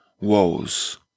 woes